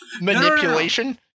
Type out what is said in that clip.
manipulation